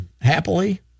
happily